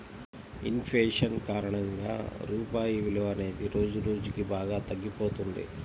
in fashion కారణంగా రూపాయి విలువ అనేది రోజురోజుకీ బాగా తగ్గిపోతున్నది